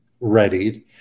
readied